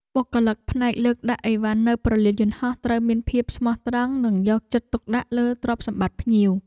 បុគ្គលិកផ្នែកលើកដាក់ឥវ៉ាន់នៅព្រលានយន្តហោះត្រូវមានភាពស្មោះត្រង់ និងយកចិត្តទុកដាក់លើទ្រព្យសម្បត្តិភ្ញៀវ។